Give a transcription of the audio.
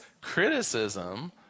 criticism